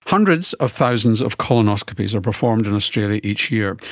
hundreds of thousands of colonoscopies are performed in australia each year,